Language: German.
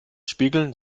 spiegeln